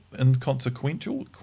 inconsequential